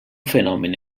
fenomen